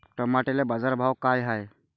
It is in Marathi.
टमाट्याले बाजारभाव काय हाय?